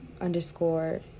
underscore